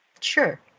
Sure